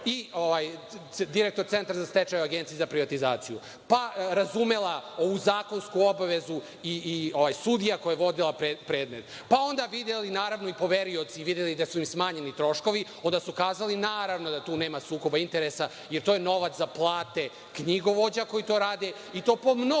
i direktor Centra za stečaj Agencije za privatizaciju, razumela ovu zakonsku obavezu i sudija koji je vodila predmet, onda videli i poverioci, videli da su im smanjeni troškovi, onda su kazali naravno da tu nema sukoba interesa, jer to je novac za plate knjigovođa koji to rade i to po mnogo